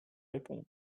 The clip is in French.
répondre